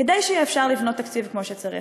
כדי שיהיה אפשר לבנות תקציב כמו שצריך,